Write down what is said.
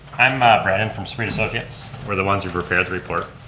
i'm brian and from spring associates, we're the ones who prepared the report.